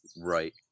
Right